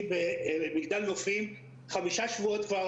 נמצאת בבידוד ב"מגדל נופים" כבר חמישה שבועות.